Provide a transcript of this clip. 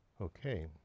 Okay